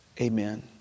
Amen